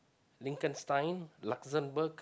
Liechtenstein Luxembourg